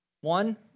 One